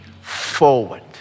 forward